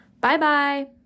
Bye-bye